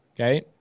Okay